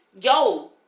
Yo